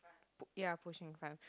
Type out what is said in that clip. p~ ya pushing the car